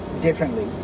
differently